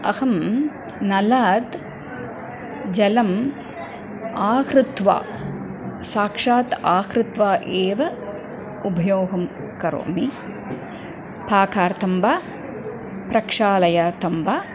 अहं नलात् जलम् आहृत्वा साक्षात् आहृत्वा एव उपयोगं करोमि पाकार्थं वा प्रक्षालनार्थं वा